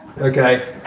Okay